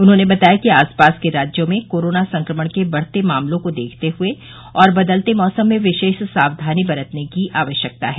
उन्होंने बताया कि आसपास के राज्यों में कोरोना संक्रमण के बढ़ते मामलों को देखते हुए और बदलते मौसम में विशेष सावधानी बरतने की आवश्यकता है